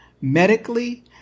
medically